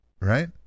Right